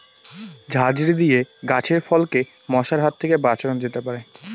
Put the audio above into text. ঝাঁঝরি দিয়ে গাছের ফলকে মশার হাত থেকে বাঁচানো যেতে পারে?